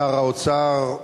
שר האוצר,